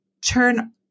turn